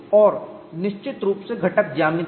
और निश्चित रूप से घटक ज्यामिति